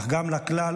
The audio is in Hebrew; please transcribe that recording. אך גם לכלל,